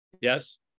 yes